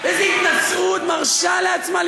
באיזה התנשאות מרשה לעצמה.